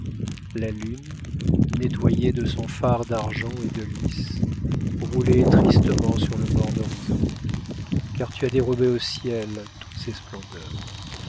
la lune nettoyée de son fard d'argent et de lis roulait tristement sur le morne horizon car tu as dérobé au ciel toutes ses splendeurs